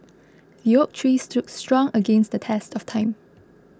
the oak tree stood strong against the test of time